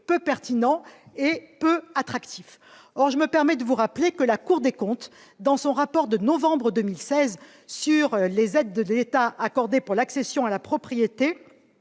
peu pertinent et peu attractif. Or je me permets de vous rappeler que la Cour des comptes, dans son rapport de novembre 2016 sur les aides de l'État accordées pour l'accession à la propriété,